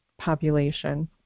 population